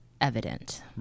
evident